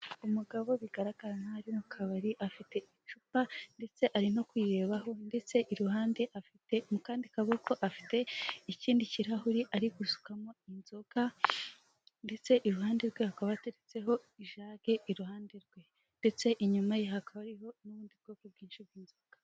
Umugabo bigaragara nkaho ari mu kabari afite icupa ndetse ari no kwirebaho ndetse iruhande afite mu kandidi kaboko afite ikindi kirahuri ari gusukamo inzoga, ndetse iruhande rwe akaba ateretseho i jagee iruhande rwe, ndetse inyuma ye hakaba hariho n'ubundi bwoko bwinshi bw'inzoga.